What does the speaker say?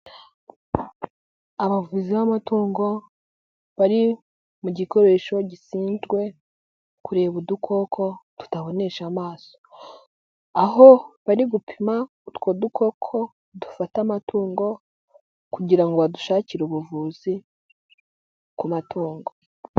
Abavuzi b'amatungo bari mu gikoresho gishinjwe kureba udukoko tutabonesha amaso, aho bari gupima utwo dukoko dufata amatungo kugira ngo badushakire ubuvuzi ku matungo.